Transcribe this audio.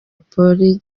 polisi